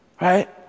right